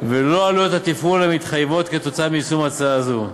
וללא עלויות התפעול המתחייבות מיישום הצעה זו.